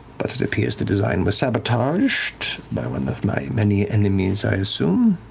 but it appears the design was sabotaged by one of my many enemies, i assume,